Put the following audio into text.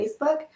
Facebook